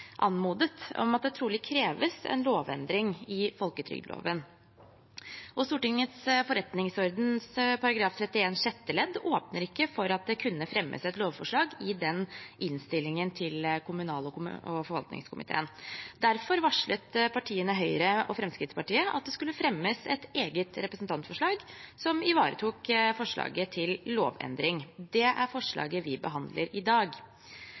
at det trolig kreves en lovendring i folketrygdloven, og Stortingets forretningsordens § 31 sjette ledd åpner ikke for at det kunne fremmes et lovforslag i den innstillingen til kommunal- og forvaltningskomiteen. Derfor varslet partiene Høyre og Fremskrittspartiet at det skulle fremmes et eget representantforslag som ivaretok forslaget til lovendring. Det er det forslaget vi behandler i dag.